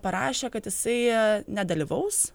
parašė kad jisai nedalyvaus